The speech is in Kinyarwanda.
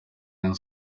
rayon